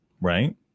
Right